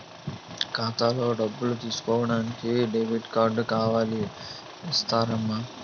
ఖాతాలో డబ్బులు తీసుకోడానికి డెబిట్ కార్డు కావాలి ఇస్తారమ్మా